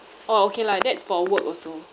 orh okay lah that's for work also